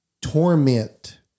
torment